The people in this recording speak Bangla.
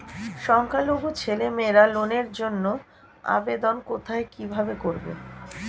সংখ্যালঘু ছেলেমেয়েরা লোনের জন্য আবেদন কোথায় কিভাবে করবে?